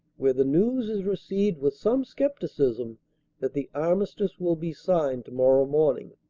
where the news is received with some scepticism that the armistice will be signed tomorrow morning.